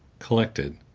collected,